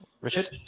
Richard